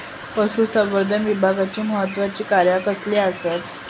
पशुसंवर्धन विभागाची महत्त्वाची कार्या कसली आसत?